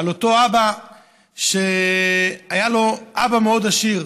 על אותו איש שהיה לו אבא מאוד עשיר.